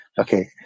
Okay